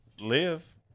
Live